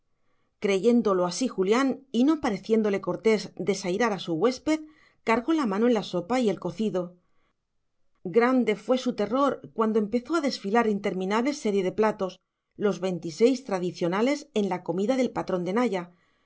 creyéndolo así julián y no pareciéndole cortés desairar a su huésped cargó la mano en la sopa y el cocido grande fue su terror cuando empezó a desfilar interminable serie de platos los veintiséis tradicionales en la comida del patrón de naya